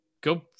Go